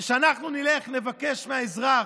כשאנחנו נלך, נבקש מהאזרח: